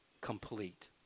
complete